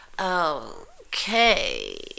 Okay